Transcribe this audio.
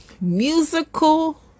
musical